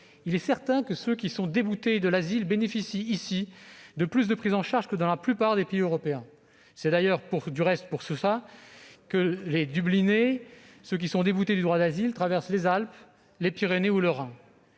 Il est certain que ceux qui sont déboutés de l'asile bénéficient ici de plus de prise en charge que dans la plupart des pays européens. C'est pour cela, du reste, que ceux qui sont déboutés du droit d'asile, les « dublinés », traversent les Alpes, les Pyrénées ou le Rhin.